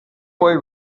boy